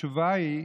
התשובה היא,